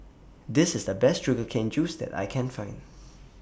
This IS The Best Sugar Cane Juice that I Can Find